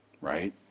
right